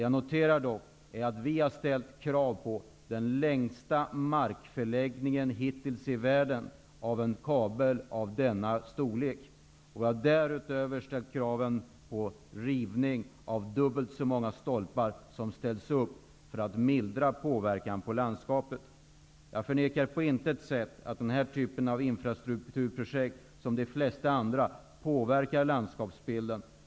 Jag noterar dock att vi har ställt krav på den längsta markförläggningen hittills i världen av en kabel av denna storlek. Vi har därutöver ställt krav på rivning av dubbelt så många stolpar som har ställts upp för att mildra påverkan på landskapet. Jag förnekar på intet sätt att den här typen av infrastrukturprojekt, liksom de flesta andra, påverkar landskapsbilden.